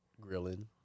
Grilling